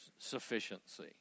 sufficiency